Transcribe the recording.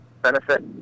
benefit